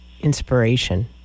inspiration